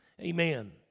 Amen